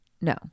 No